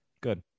good